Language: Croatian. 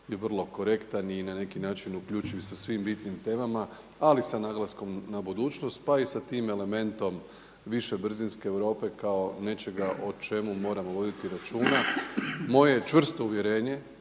je vrlo korektan i na neki način uključiv i sa svim bitnim temama ali sa naglaskom na budućnost pa i sa tim elementom više brzinske Europe kao nečega o čemu moramo voditi računa. Moje je čvrsto uvjerenje